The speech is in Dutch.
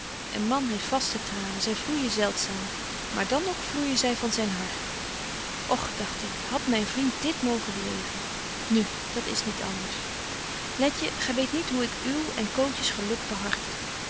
een man heeft vaste tranen zy vloeijen zeldzaam maar dan ook vloeijen zy van zyn hart och dagt ik hadt myn vriend dit mogen beleven nu dat is niet anders letje gy weet niet hoe ik uw en cootjes geluk behartig